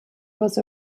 was